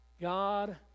God